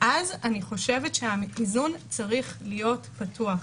אז אני חושבת שהאיזון צריך להיות פתוח.